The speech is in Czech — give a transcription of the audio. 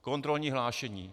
Kontrolní hlášení.